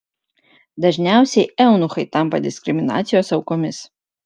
dažniausiai eunuchai tampa diskriminacijos aukomis